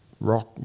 rock